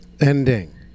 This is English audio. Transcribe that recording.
Ending